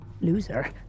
loser